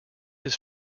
his